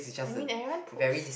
I mean everyone poops